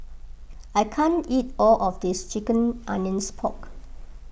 I can't eat all of this Ginger Onions Pork